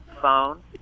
phone